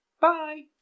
Bye